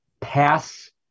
pass